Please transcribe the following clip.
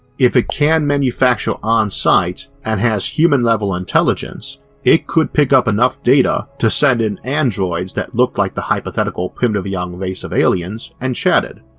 if it can manufacture on site and has human level intelligence it could pick up enough data to send in androids that looked like the hypothetical primitive young race of aliens and chatted.